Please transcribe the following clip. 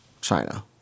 China